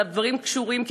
הדברים קשורים,